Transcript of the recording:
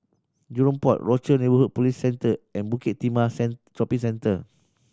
Jurong Port Rochor Neighborhood Police Centre and Bukit Timah Shopping Centre